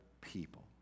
people